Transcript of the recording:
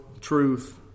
truth